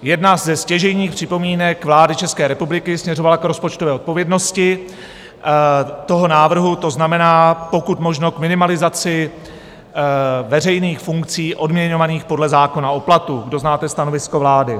Jedna ze stěžejních připomínek vlády České republiky směřovala k rozpočtové odpovědnosti toho návrhu, to znamená, pokud možno k minimalizaci veřejných funkcí odměňovaných podle zákona o platu, kdo znáte stanovisko vlády.